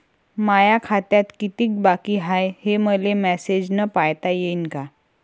माया खात्यात कितीक बाकी हाय, हे मले मेसेजन पायता येईन का?